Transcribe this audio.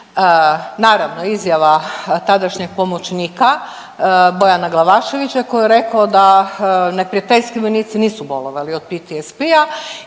Naravno, izjava tadašnjeg pomoćnika Bojana Glavaševića koji je rekao da neprijateljski vojnici nisu bolovali od PTSP-a